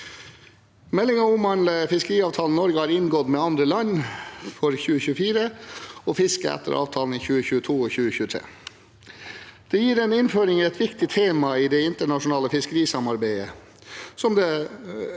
Meldingen omtaler fiskeriavtalene Norge har inngått med andre land for 2024 og fisket etter avtalene i 2022 og 2023. Den gir en innføring i viktige temaer i det internasjonale fiskerisamarbeidet,